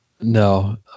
No